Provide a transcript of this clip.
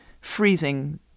Freezing